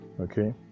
okay